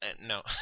no